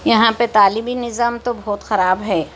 یہاں پہ تعلیمی نِظام تو بہت خراب ہے